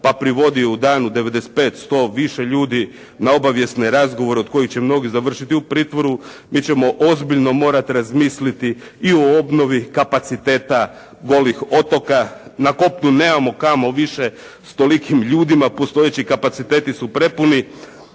pa privodi u danu 95, 100 više ljudi na obavijesne razgovore od kojih će mnogi završiti u pritvoru, mi ćemo ozbiljno morati razmisliti i o obnovi kapaciteta golih otoka. Na kopnu nemamo kamo više s tolikim ljudima, postojeći kapaciteti su prepuni,